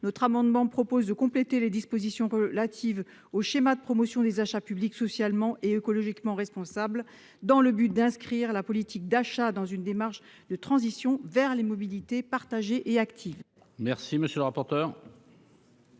cet amendement vise à compléter les dispositions relatives au schéma de promotion des achats publics socialement et écologiquement responsables dans le but d'inscrire la politique d'achat dans une démarche de transition vers les mobilités partagées et actives. Quel est l'avis de